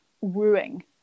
wooing